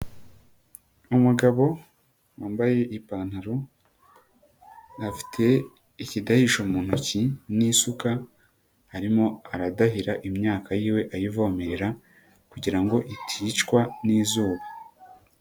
Umugabo wambaye ipantaro afite ikidahisho mu ntoki n'isuka, arimo aradahira imyaka yiwe ayivomerera kugira ngo iticwa n'izuba.